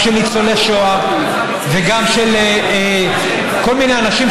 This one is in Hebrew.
גם של ניצולי שואה וגם של כל מיני אנשים